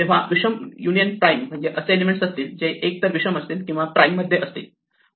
तेव्हा विषम union prime म्हणजेच असे एलिमेंट्स असतील जे एक तर विषम असतील किंवा प्राईम मध्ये असतील